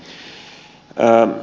herra puhemies